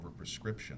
overprescription